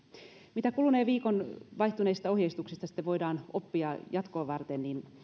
mitä kuluneen viikon vaihtuneista ohjeistuksista sitten voidaan oppia jatkoa varten